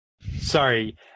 Sorry